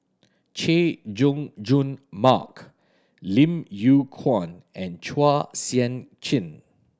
Chay Jung Jun Mark Lim Yew Kuan and Chua Sian Chin